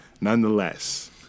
nonetheless